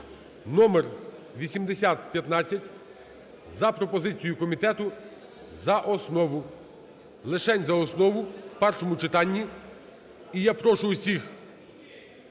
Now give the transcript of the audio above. (№8015) за пропозицією комітету за основу, лишень за основу в першому читанні. І я прошу всіх